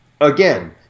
again